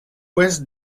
ouest